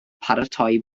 paratoi